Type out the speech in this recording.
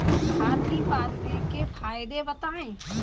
हाथी पालने के फायदे बताए?